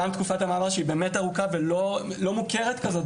גם תקופת המעבר שהיא באמת ארוכה ולא מוכרת כזאת